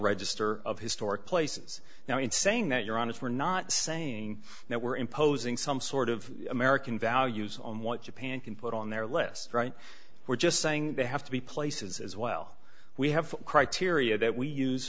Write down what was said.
register of historic places now in saying that you're honest we're not saying now we're imposing some sort of american values on what japan can put on their list right we're just saying they have to be places as well we have criteria that we use